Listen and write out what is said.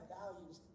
values